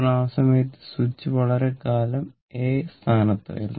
കാരണം ആ സമയത്ത് സ്വിച്ച് വളരെക്കാലം എ സ്ഥാനത്തായിരുന്നു